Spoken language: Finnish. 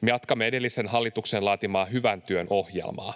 Me jatkamme edellisen hallituksen laatimaa hyvän työn ohjelmaa.